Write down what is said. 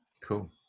Cool